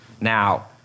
now